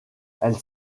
elle